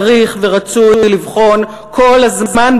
צריך ורצוי לבחון כל הזמן,